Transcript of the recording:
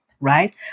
right